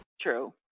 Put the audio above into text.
True